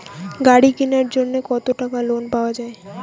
গাড়ি কিনার জন্যে কতো টাকা লোন পাওয়া য়ায়?